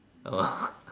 oh